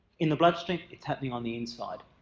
in the bloodstream it's happening on the inside.